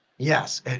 Yes